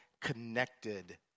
connected